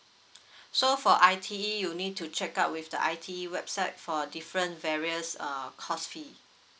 so for I_T_E you need to check out with the I_T_E website for different various err cost fee